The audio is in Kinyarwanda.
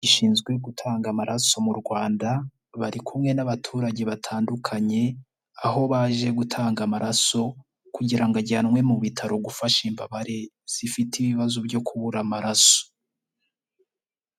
Bashinzwe gutanga amaraso mu Rwanda bari kumwe n'abaturage batandukanye, aho baje gutanga amaraso, kugira ajyanwe mu bitaro gufasha imbabare zifite ibibazo byo kubura amaraso.